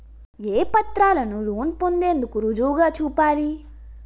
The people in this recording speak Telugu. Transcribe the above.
ఏ పత్రాలను లోన్ పొందేందుకు రుజువుగా చూపాలి?